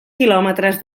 quilòmetres